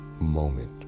moment